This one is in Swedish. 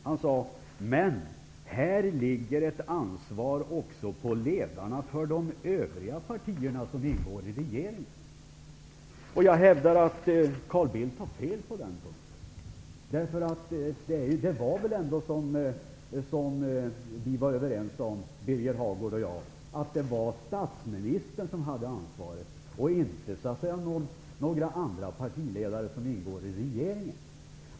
Han sade: Men häri ligger ett ansvar också på ledarna för de övriga partier som ingår i regeringen. Jag hävdar att Carl Bildt har fel på den punkten. Birger Hagård och jag var ju överens om att det var statsministern som hade ansvaret, inte några andra partiledare som ingår i regeringen.